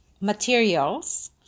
materials